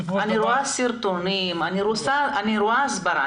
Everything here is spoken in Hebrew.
רואה סרטונים, אני רואה הסברה.